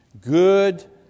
good